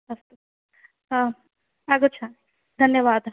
अस्तु आम् आगच्छामि धन्यवादः